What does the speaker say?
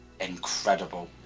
Incredible